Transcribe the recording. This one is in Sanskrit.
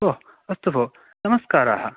ओ अस्तु भो नमस्काराः